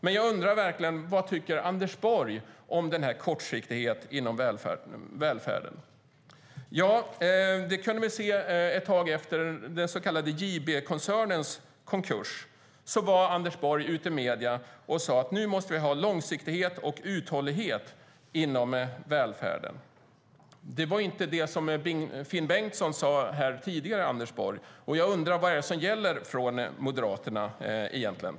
Men jag undrar verkligen vad Anders Borg tycker om den här kortsiktigheten inom välfärden. Jo, det kunde man se ett tag efter den så kallade JB-koncernens konkurs. Då var Anders Borg ute i medierna och sade: Nu måste vi ha långsiktighet och uthållighet inom välfärden. Det var inte det som Finn Bengtsson sade här tidigare, Anders Borg. Jag undrar vad det egentligen är som gäller för Moderaterna.